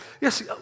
Yes